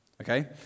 Okay